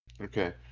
Okay